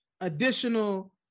additional